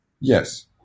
Yes